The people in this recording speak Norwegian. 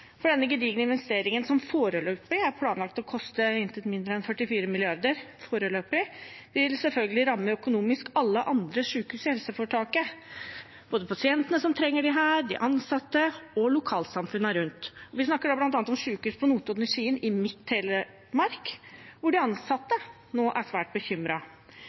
for denne gedigne investeringen som foreløpig er planlagt å koste intet mindre enn 44 mrd. kr foreløpig, vil selvfølgelig ramme økonomisk alle andre sykehus i helseforetaket, både pasientene som trenger disse, de ansatte og lokalsamfunnene rundt. Vi snakker bl.a. om sykehus på Notodden og i Skien, i mitt Telemark, hvor de ansatte nå er svært